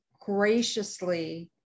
graciously